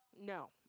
No